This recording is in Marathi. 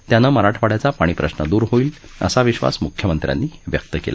त्यानं मराठवाड्याचा पाणी प्रश्न दूर होईल असा विश्वास म्ख्यमंत्र्यांनी व्यक्त केला